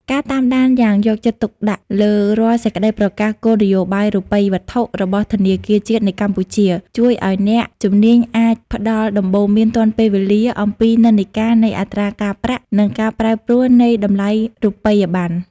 ការតាមដានយ៉ាងយកចិត្តទុកដាក់លើរាល់សេចក្ដីប្រកាសគោលនយោបាយរូបិយវត្ថុរបស់ធនាគារជាតិនៃកម្ពុជា ជួយឱ្យអ្នកជំនាញអាចផ្ដល់ដំបូន្មានទាន់ពេលវេលាអំពីនិន្នាការនៃអត្រាការប្រាក់ និងការប្រែប្រួលនៃតម្លៃរូបិយបណ្ណ។